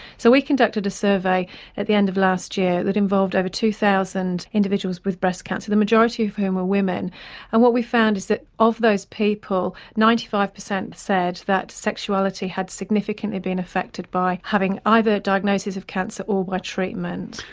so we conducted a survey at the end of last year that involved over two thousand individuals with breast cancer, the majority of whom were women and what we found is that of those people ninety five percent said that sexuality had significantly been affected by having either the diagnosis of cancer or by treatment.